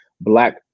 black